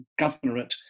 governorate